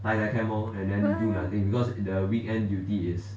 why